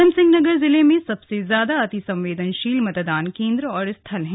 उधमसिंहनगर जिले में सबसे ज्यादा अतिसंवेदनशील मतदान केंद्र और स्थल हैं